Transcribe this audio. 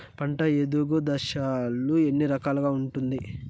పంట ఎదుగు దశలు ఎన్ని రకాలుగా ఉంటుంది?